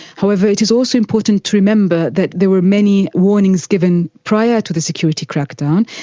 however, it is also important to remember that there were many warnings given prior to the security crackdown,